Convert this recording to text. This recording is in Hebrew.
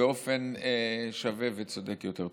באופן שווה וצודק יותר.